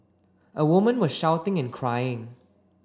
a woman was shouting and crying